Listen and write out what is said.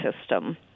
system